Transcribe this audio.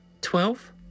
twelve